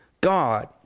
God